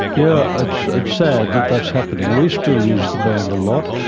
yeah it's ah sad that that's happening. we still use the band a lot,